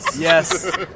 Yes